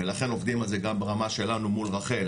ולכן עובדים על זה גם ברמה שלנו מול רח"ל